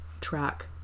track